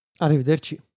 Arrivederci